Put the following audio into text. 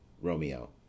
Romeo